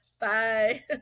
Bye